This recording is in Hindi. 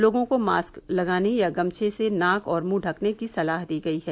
लोगों को मास्क लगाने या गमछे से नाक और मुंह ढ़कने की सलाह दी गयी है